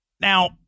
now